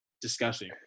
disgusting